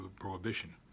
prohibition